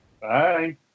Bye